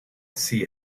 see